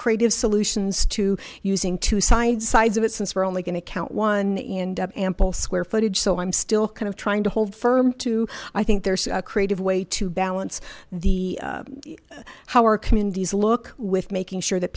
creative solutions to using two sides sides of it since we're only going to count one ample square footage so i'm still kind of trying to hold firm to i think there's a creative way to balance the how our communities look with making sure that